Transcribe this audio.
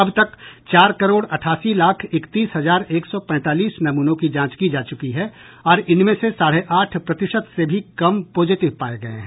अब तक चार करोड़ अठासी लाख इकतीस हजार एक सौ पैंतालीस नमूनों की जांच की जा चुकी है और इनमें से साढ़े आठ प्रतिशत से भी कम पॉजिटिव पाए गए हैं